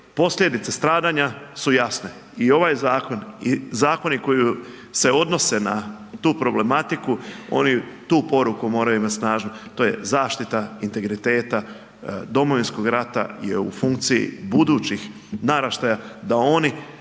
posljedice stradanja su jasne. I ovaj zakon i zakoni koji se odnose na tu problematiku oni tu poruku moraju imati snažnu. To je zaštita integriteta Domovinskog rata i je u funkciji budućih naraštaja da oni